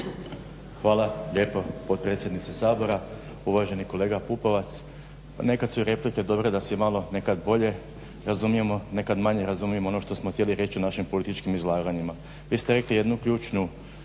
Hvala lijepo potpredsjednice Sabora. Uvaženi kolega Pupovac, pa nekad su replike dobre da se malo bolje razumijemo nekad manje razumijemo ono što smo htjeli reći u našim političkim izlaganjima. Vi ste rekli jednu ključnu